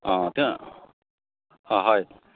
অঁ তেওঁ অঁ হয়